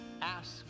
ask